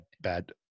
bad